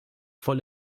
voll